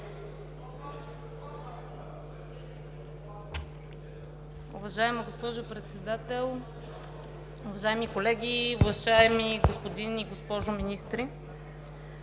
Уважаема госпожо Председател, уважаеми колеги, уважаеми господин и госпожо министри?